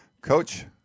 Coach